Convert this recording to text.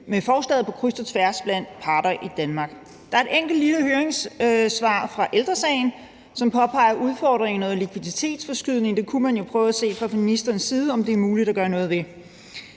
med forslaget på kryds og tværs af parter i Danmark. Der er et enkelt lille høringssvar fra Ældre Sagen, som påpeger udfordringen i noget likviditetsforskydning. Man kunne jo fra ministerens side prøve at se, om det er muligt at gøre noget ved